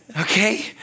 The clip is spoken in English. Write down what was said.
Okay